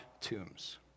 tombs